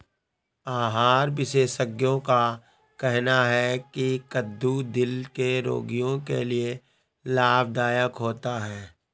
आहार विशेषज्ञों का कहना है की कद्दू दिल के रोगियों के लिए लाभदायक होता है